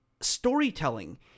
storytelling